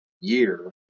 year